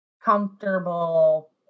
comfortable